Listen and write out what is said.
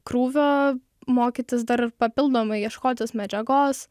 krūvio mokytis dar ir papildomai ieškotis medžiagos